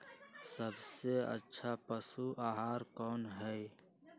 सबसे अच्छा पशु आहार कोन हई?